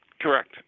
correct